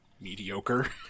mediocre